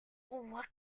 what